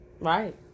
Right